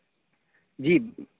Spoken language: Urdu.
جی